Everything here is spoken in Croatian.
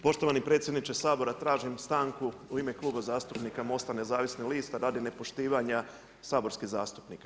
Poštovani predsjedniče Sabora tražim stanku u ime Kluba zastupnika MOST-a Nezavisnih lista radi nepoštivanja saborskih zastupnika.